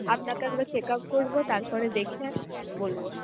আপনাকে একবার চেকআপ করবো তারপরে দেখে বলবো